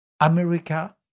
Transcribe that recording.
America